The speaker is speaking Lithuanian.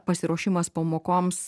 pasiruošimas pamokoms